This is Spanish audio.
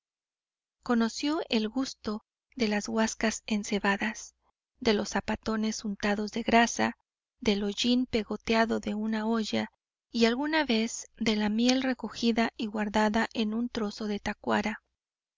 conoció el gusto de las guascas ensebadas de los zapatones untados de grasa del hollín pegoteado de una olla y alguna vez de la miel recogida y guardada en un trozo de tacuara